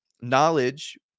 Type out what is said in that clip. knowledge